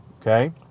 Okay